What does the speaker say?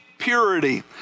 purity